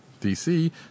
DC